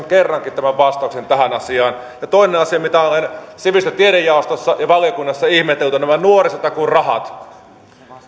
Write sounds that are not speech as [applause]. [unintelligible] kerrankin vastauksen tähän asiaan toinen asia mitä olen sivistys ja tiedejaostossa ja valiokunnassa ihmetellyt nämä nuorisotakuurahat